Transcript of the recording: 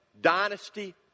Dynasty